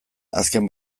azken